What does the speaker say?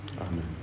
Amen